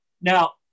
Now